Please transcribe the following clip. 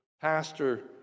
pastor